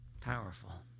Powerful